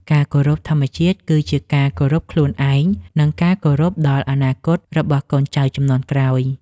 ការគោរពធម្មជាតិ គឺជាការគោរពខ្លួនឯង និងការគោរពដល់អនាគតរបស់កូនចៅជំនាន់ក្រោយ។